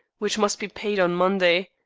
which must be paid on monday.